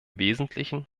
wesentlichen